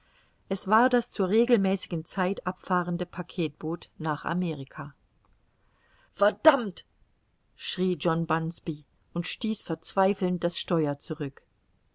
es war das zur regelmäßigen zeit abfahrende packetboot nach amerika verdammt schrie john bunsby und stieß verzweifelnd das steuer zurück